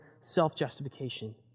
self-justification